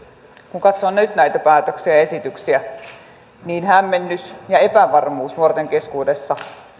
kun katsoo nyt näitä päätöksiä ja esityksiä hämmennys ja epävarmuus nuorten keskuudessa